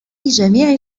جميع